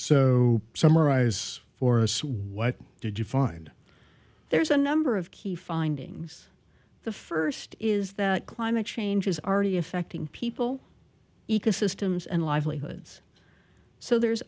so summarize for us what did you find there's a number of key findings the first is that climate change is already affecting people ecosystems and livelihoods so there's